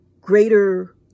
greater